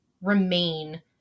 remain